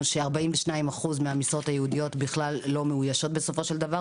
ש-42% מהמשרות הייעודיות בכלל לא מאוישות בסופו של דבר,